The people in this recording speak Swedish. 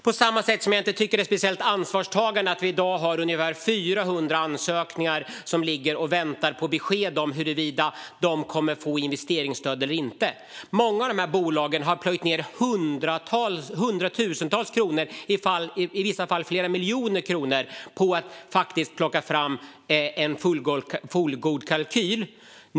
På samma sätt tycker jag inte att det är speciellt ansvarstagande att vi i dag har ungefär 400 ansökningar som ligger och väntar på besked om investeringsstöd eller inte. Många av de sökande bolagen har plöjt ned hundratusentals kronor, i vissa fall flera miljoner kronor, i att plocka fram en fullgod kalkyl.